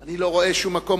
אני לא רואה שום מקום,